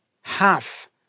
half